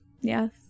Yes